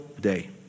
day